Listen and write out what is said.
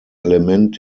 element